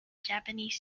japanese